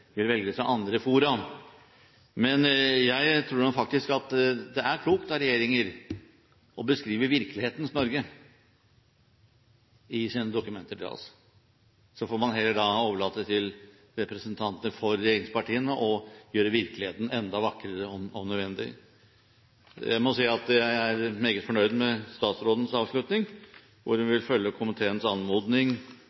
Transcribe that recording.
vil velge seg andre fora. Men jeg tror faktisk det er klokt av regjeringer å beskrive virkelighetens Norge i sine dokumenter til oss. Så får man heller overlate til representantene for regjeringspartiene å gjøre virkeligheten enda vakrere, om nødvendig. Jeg må si at jeg er meget fornøyd med statsrådens avslutning, at hun